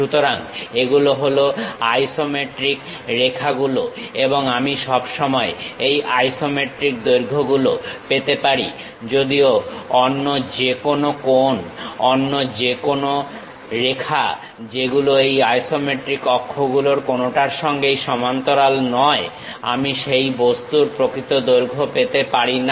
সুতরাং এগুলো হলো আইসোমেট্রিক রেখাগুলো এবং আমি সবসময় এই আইসোমেট্রিক দৈর্ঘ্যগুলো পেতে পারি যদিও অন্য যেকোনো কোণ অন্য যে কোন রেখা যেগুলো এই আইসোমেট্রিক অক্ষগুলোর কোনটার সঙ্গেই সমান্তরাল নয় আমি সেই বস্তুর প্রকৃত দৈর্ঘ্য পেতে পারি না